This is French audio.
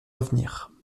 avenir